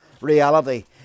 reality